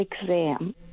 exam